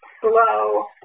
slow